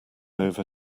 over